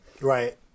Right